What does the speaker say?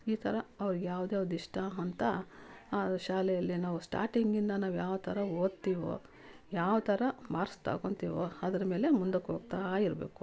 ಈ ಥರ ಅವ್ರಿಗೆ ಯಾವ್ದ್ಯಾವ್ದು ಇಷ್ಟ ಹಂತ ಆ ಶಾಲೆಯಲ್ಲಿ ನಾವು ಸ್ಟಾರ್ಟಿಂಗಿಂದ ನಾವು ಯಾವ ಥರ ಓದ್ತೀವೋ ಯಾವ ಥರ ಮಾರ್ಕ್ಸ್ ತಗೊಳ್ತೀವೋ ಅದ್ರ ಮೇಲೆ ಮುಂದಕ್ಕೋಗ್ತಾಯಿರಬೇಕು